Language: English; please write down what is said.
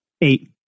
Eight